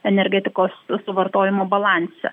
energetikos suvartojimo balanse